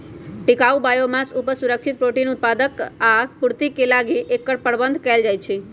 टिकाऊ बायोमास उपज, सुरक्षित प्रोटीन उत्पादक आ खाय के पूर्ति लागी एकर प्रबन्धन कएल जाइछइ